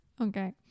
Okay